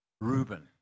Reuben